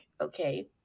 Okay